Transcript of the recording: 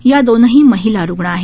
या दोघीही महिला रुग्ण आहेत